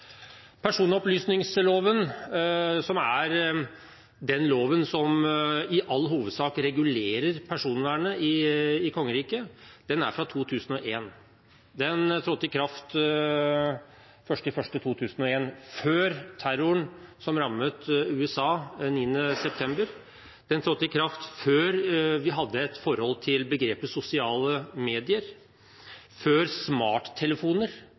Personopplysningsloven, som er den loven som i all hovedsak regulerer personvernet i kongeriket, trådte i kraft 1. januar 2001 – før terroren som rammet USA den 11. september, før vi hadde et forhold til begrepet sosiale medier, før smarttelefoner